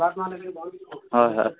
হয় হয়